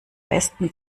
besten